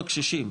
הקשישים,